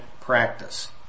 practice